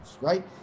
right